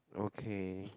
okay